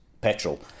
petrol